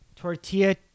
Tortilla